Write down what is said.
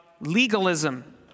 legalism